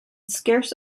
scarce